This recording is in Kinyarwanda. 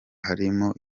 harimo